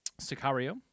Sicario